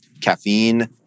Caffeine